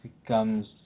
becomes